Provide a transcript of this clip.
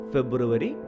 February